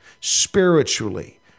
spiritually